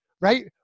right